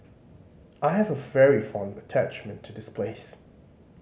I have a very fond attachment to this place